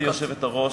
גברתי היושבת-ראש,